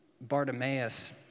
Bartimaeus